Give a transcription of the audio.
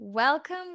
Welcome